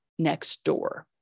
Nextdoor